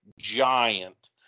giant